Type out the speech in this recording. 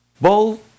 ball